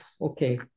okay